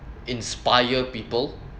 inspire people